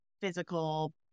physical